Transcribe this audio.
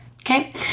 Okay